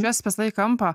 įspiesta į kampą